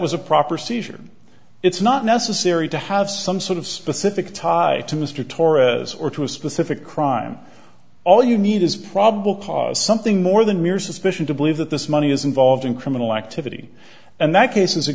was a proper seizure it's not necessary to have some sort of specific tied to mr torres or to a specific crime all you need is probable cause something more than mere suspicion to believe that this money is involved in criminal activity and that case is a